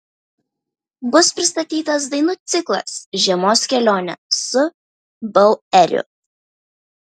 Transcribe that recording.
bus pristatytas dainų ciklas žiemos kelionė su baueriu